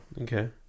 Okay